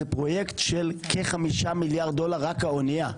זה פרויקט של כ-5 מיליארד דולר רק האונייה.